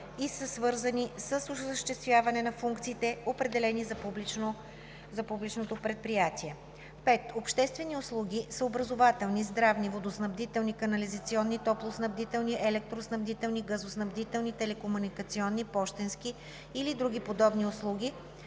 и са свързани с осъществяване на функциите, определени за публичното предприятие. 5. „Обществени услуги“ са образователни, здравни, водоснабдителни, канализационни, топлоснабдителни, електроснабдителни, газоснабдителни, телекомуникационни, пощенски или други подобни услуги,